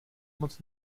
moc